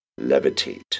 levitate